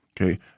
Okay